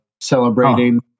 celebrating